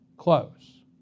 close